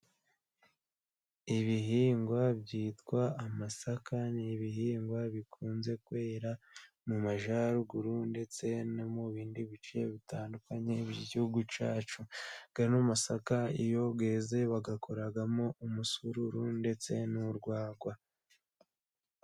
Ibihingwa byitwa amasaka ni ibihingwa bikunze kwera mu majyaruguru ndetse no mu bindi bice bitandukanye by' igihugu cyacu, ano masaka iyo yeze bayakoramo umusururu ndetse n'urwagwa.